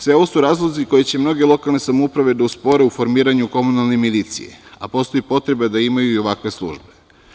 Sve ovo su razlozi koji će mnoge lokalne samouprave da uspore u formiranju komunalne milicije, a postoji potreba da imaju i ovakve službe.